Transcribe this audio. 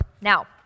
Now